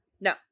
No